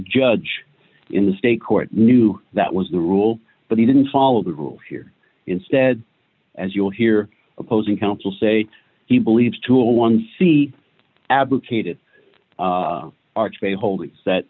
judge in the state court knew that was the rule but he didn't follow the rule here instead as you'll hear opposing counsel say he believes to a one c abdicated archway holding that